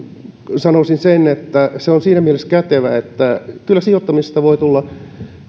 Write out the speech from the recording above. sanoisin sen että se on siinä mielessä kätevää että kyllä sijoittamisesta voi tulla